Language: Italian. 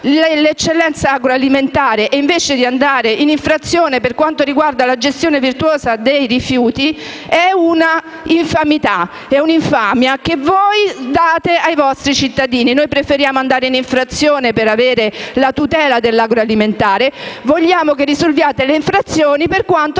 le eccellenze agroalimentari e invece di andare in infrazione per quanto riguarda la gestione virtuosa dei rifiuti è un'infamità: è un'infamia anche per i vostri cittadini. Noi preferiamo andare in infrazione per tutelare l'agroalimentare e vogliamo invece che risolviate le infrazioni per quanto